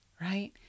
right